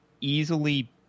Easily